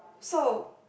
so